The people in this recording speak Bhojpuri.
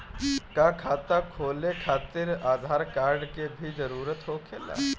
का खाता खोले खातिर आधार कार्ड के भी जरूरत होखेला?